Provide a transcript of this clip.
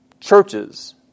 churches